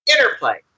Interplay